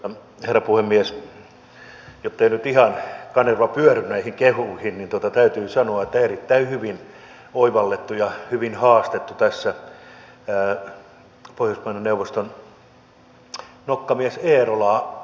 jotta ei nyt ihan kanerva pyörry näihin kehuihin niin täytyy sanoa että erittäin hyvin oivallettu ja hyvin haastettu tässä pohjoismaiden neuvoston nokkamies eerolaa